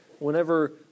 Whenever